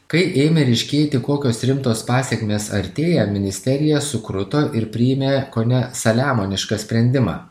kai ėmė ryškėti kokios rimtos pasekmės artėja ministerija sukruto ir priėmė kone saliamonišką sprendimą